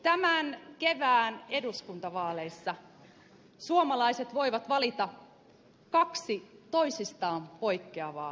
tämän kevään eduskuntavaaleissa suomalaiset voivat valita kaksi toisistaan poikkeavaa tulevaisuutta